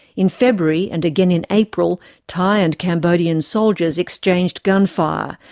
in february and again in april, thai and cambodian soldiers exchanged gunfire,